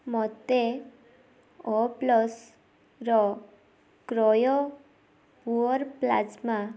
ମୋତେ ଓ ପ୍ଲସର କ୍ରାୟୋ ପୁଅର୍ ପ୍ଲାଜମା